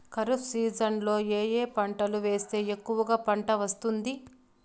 ఖరీఫ్ సీజన్లలో ఏ ఏ పంటలు వేస్తే ఎక్కువగా పంట వస్తుంది?